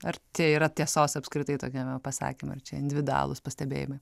ar čia yra tiesos apskritai tokiame pasakyme ar čia individualūs pastebėjimai